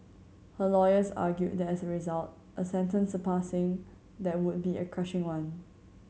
her lawyers argued that as a result a sentence surpassing that would be a crushing one